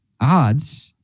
odds